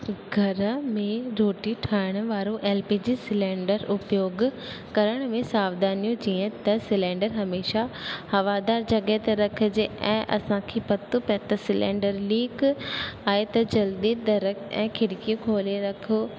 घर में रोटी ठाहिण वारो एल पी जी सिलेंडर उपयोगु करण में सावधानियूं जीअं त सिलेंडर हमेशा हवादार जॻहि ते रखिजे ऐं असांखे पतो पवे त सिलेंडर लीक आहे त जल्दी दरु ऐं खिड़की खोले रखो